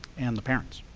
and the parents,